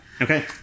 Okay